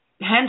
hence